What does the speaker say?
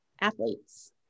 athletes